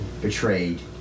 Betrayed